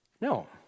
No